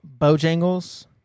Bojangles